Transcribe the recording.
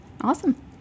Awesome